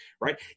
right